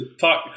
Talk